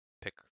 pick